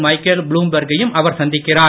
Michael Bloomberg கையும் அவர் சந்திக்கிறார்